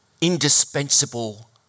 indispensable